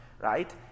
right